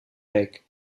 week